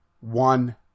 one